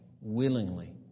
willingly